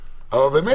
ה"הסכמון",